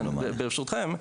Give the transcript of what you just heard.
ברשותכם.